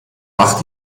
macht